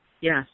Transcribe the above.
yes